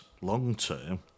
long-term